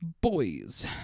boys